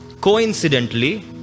Coincidentally